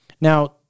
Now